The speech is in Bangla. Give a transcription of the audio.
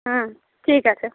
হুম ঠিক আছে